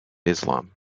islam